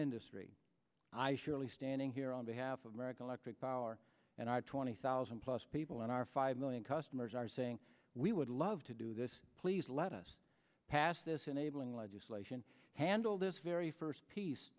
industry i surely standing here on behalf of american electric power and our twenty thousand plus people on our five million customers are saying we would love to do this please let us pass this enabling legislation handle this very first piece